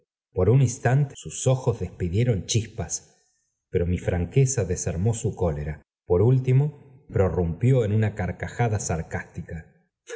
por un instante sus ojos despidieron chispas pero mi frenqueza desarmó su cólera por último prorrumpió en una carcajada sarcástica